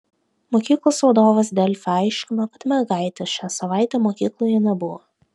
mokyklos vadovas delfi aiškino kad mergaitės šią savaitę mokykloje nebuvo